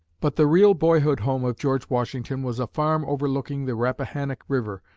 but the real boyhood home of george washington was a farm overlooking the rappahannock river,